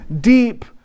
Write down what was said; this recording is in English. deep